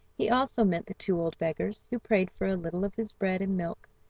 he also met the two old beggars, who prayed for a little of his bread and milk,